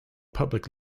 public